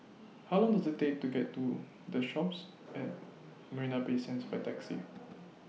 How Long Does IT Take to get to The Shoppes At Marina Bay Sands By Taxi